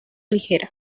ligera